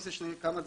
עושה כמה דברים: